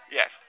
Yes